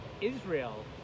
Israel